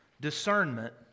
discernment